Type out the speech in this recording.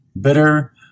bitter